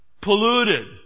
polluted